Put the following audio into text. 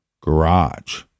garage